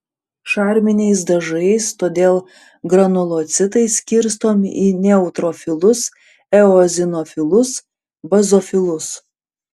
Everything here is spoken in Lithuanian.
šarminiais dažais todėl granulocitai skirstomi į neutrofilus eozinofilus bazofilus